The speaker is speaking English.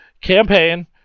campaign